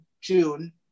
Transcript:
June